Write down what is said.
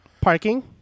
Parking